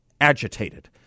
agitated